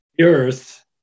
earth